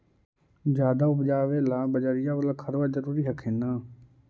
ज्यादा उपजाबे ला बजरिया बाला खदबा जरूरी हखिन न?